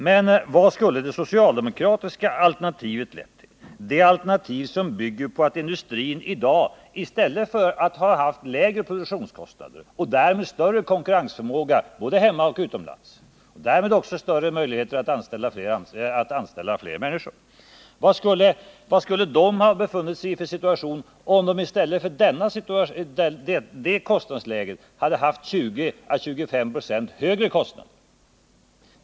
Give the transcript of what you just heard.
Men vad skulle det socialdemokratiska alternativet ha lett till, det alternativ som bygger på att industrin i dag i stället för att ha lägre produktionskostnader — och därmed större konkurrensförmåga både hemma och utomlands och större möjligheter att anställa fler människor — skulle ha 20-25 26 högre kostnader? Hur skulle situationen då ha varit för de här människorna?